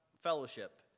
fellowship